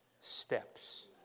steps